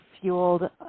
fueled